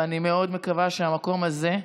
ואני מאוד מקווה שבמקום הזה,